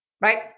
right